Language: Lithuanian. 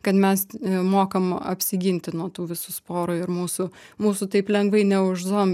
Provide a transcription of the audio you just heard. kad mes mokam apsiginti nuo tų visų sporų ir mūsų mūsų taip lengvai neužzombins